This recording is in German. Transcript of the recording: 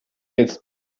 jetzt